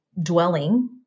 dwelling